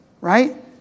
right